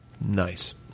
Nice